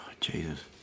Jesus